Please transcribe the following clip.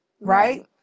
right